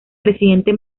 presidente